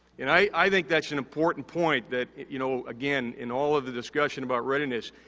and, i think that's an important point that, you know, again, in all of the discussion about readiness,